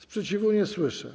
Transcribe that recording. Sprzeciwu nie słyszę.